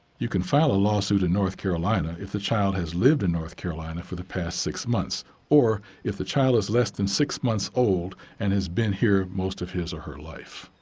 you can file a lawsuit in north carolina if the child has lived in north carolina for the past six months or if the child is less than six months old and has been here most of his or her life.